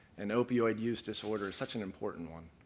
and opioid use disorder is such an important one.